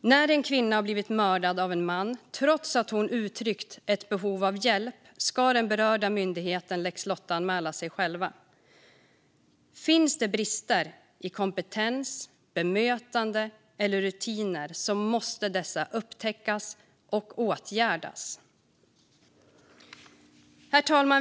När en kvinna har blivit mördad av en man trots att hon uttryckt ett behov av hjälp ska den berörda myndigheten lex Lotta-anmäla sig själv. Finns det brister i kompetens, bemötande eller rutiner måste dessa upptäckas och åtgärdas. Herr talman!